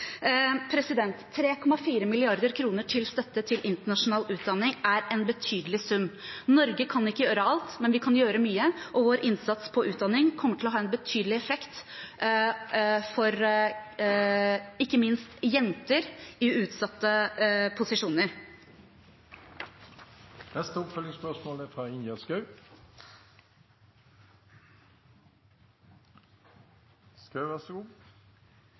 3,4 mrd. kr til støtte til internasjonal utdanning er en betydelig sum. Norge kan ikke gjøre alt, men vi kan gjøre mye, og vår innsats innen utdanning kommer til å ha en betydelig effekt for ikke minst jenter i utsatte posisjoner. Ingjerd Schou – til oppfølgingsspørsmål. Mitt oppfølgingsspørsmål er